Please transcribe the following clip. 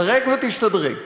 פרק ותשתדרג.